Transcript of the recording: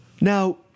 Now